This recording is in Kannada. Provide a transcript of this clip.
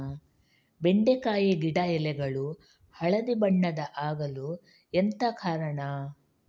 ಬೆಂಡೆಕಾಯಿ ಗಿಡ ಎಲೆಗಳು ಹಳದಿ ಬಣ್ಣದ ಆಗಲು ಎಂತ ಕಾರಣ?